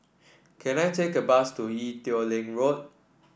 can I take a bus to Ee Teow Leng Road